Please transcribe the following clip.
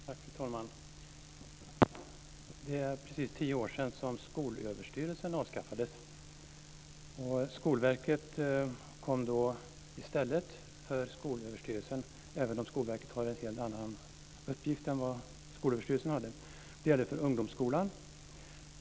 Fru talman! Det är precis tio år sedan Skolöverstyrelsen avskaffades. Skolverket kom då i stället för Skolöverstyrelsen, även om Skolverket har en helt annan uppgift än Skolöverstyrelsen hade - Skolverket har hand om ungdomsskolan.